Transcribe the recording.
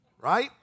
Right